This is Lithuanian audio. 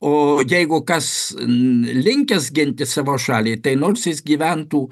o jeigu kas linkęs ginti savo šalį tai nors jis gyventų